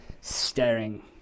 staring